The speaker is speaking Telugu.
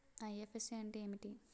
ఐ.ఎఫ్.ఎస్.సి అంటే ఏమిటి?